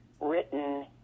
written